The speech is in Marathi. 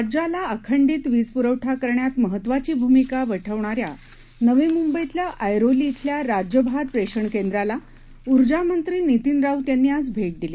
राज्याला अखंडीत वीज प्रवठा करण्यात महत्वाची भूमिका वठविणाऱ्या नवी मुंबईतल्या ऐरोली इथल्या राज्य भार प्रेषण केंद्राला ऊर्जामंत्री नितीन राऊत यांनी आज भेट दिली